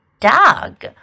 Dog